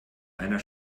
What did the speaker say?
einer